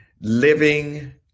living